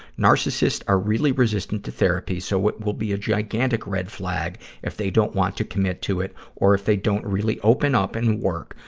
narcissists are really resistant to therapy, so it will be a gigantic red flag if they don't want to commit to it or if they don't really open up and work,